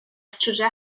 чуже